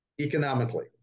economically